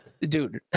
dude